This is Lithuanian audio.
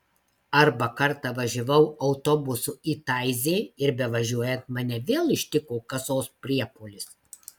arba kartą važiavau autobusu į taizė ir bevažiuojant mane vėl ištiko kasos priepuolis